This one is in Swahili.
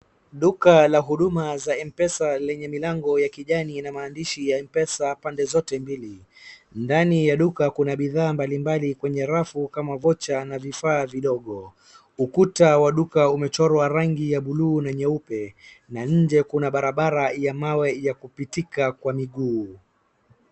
Duka la huduma za Mpesa lenye milango ya kijani na maandishi ya Mpesa pande zote mbili. Ndani ya duka kuna bidhaa mbalimbali kwenye rafu kama vocha na vifaa vidogo. Ukuta wa duka umechorwa rangi ya bluu na nyeupe na nje kuna barabara ya mawe ya kupitika kwa miguu.